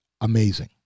amazing